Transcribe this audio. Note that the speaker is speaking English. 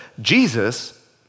Jesus